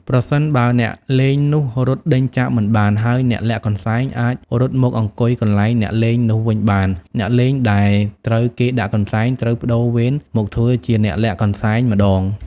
ប្រសិនបើអ្នកលេងនោះរត់ដេញចាប់មិនបាន ហើយអ្នកលាក់កន្សែងអាចរត់មកអង្គុយកន្លែងអ្នកលេងនោះវិញបាន អ្នកលេងដែលត្រូវគេដាក់កន្សែង ត្រូវប្ដូរវេនមកធ្វើជាអ្នកលាក់កន្សែងម្ដង ។